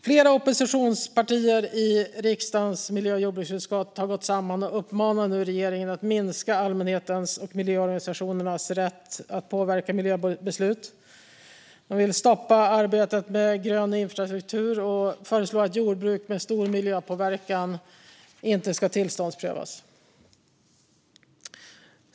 Flera oppositionspartier i riksdagens miljö och jordbruksutskott har gått samman och uppmanar nu regeringen att minska allmänhetens och miljöorganisationernas rätt att påverka miljöbeslut. Vi vill stoppa arbetet med grön infrastruktur och föreslår att jordbruk med stor miljöpåverkan inte ska tillståndsprövas.